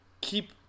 keep